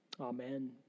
Amen